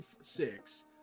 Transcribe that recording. six